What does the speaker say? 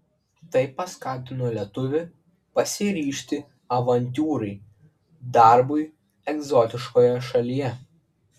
tai paskatino lietuvį pasiryžti avantiūrai darbui egzotiškoje šalyje